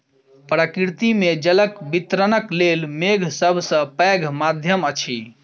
प्रकृति मे जलक वितरणक लेल मेघ सभ सॅ पैघ माध्यम अछि